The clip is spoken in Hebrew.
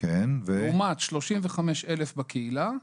לעומת 35,000 בקהילה,